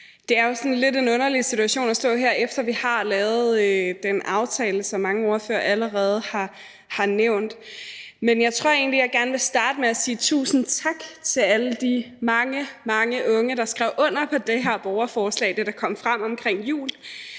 Det er jo lidt en underlig situation at stå her, efter vi harlavet den aftale, som mange ordførere allerede har nævnt. Men jeg tror egentlig, at jeg gerne vil starte med at sige tusind tak til alle de mange, mange unge, der skrev under på det her borgerforslag, da det kom frem omkring jul.